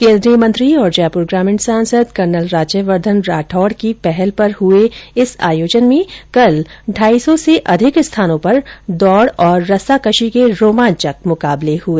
केन्द्रीय मंत्री और जयपुर ग्रामीण सांसद कर्नल राज्यवर्द्वन राठौड की पहल पर हुए इस आयोजन में कल ढाई सौ से अधिक स्थानों पर दौड और रस्सा कशी के रोमांचक मुकाबले हुए